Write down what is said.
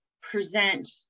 present